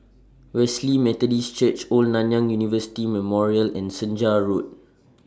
Wesley Methodist Church Old Nanyang University Memorial and Senja Road